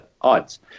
Odds